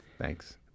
Thanks